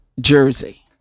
jersey